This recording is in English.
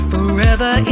Forever